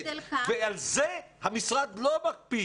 על זה המשרד לא מקפיד.